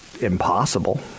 impossible